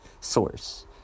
source